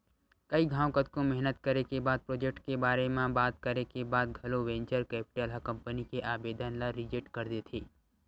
कई घांव कतको मेहनत करे के बाद प्रोजेक्ट के बारे म बात करे के बाद घलो वेंचर कैपिटल ह कंपनी के आबेदन ल रिजेक्ट कर देथे